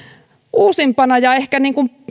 uusimpana ja ehkä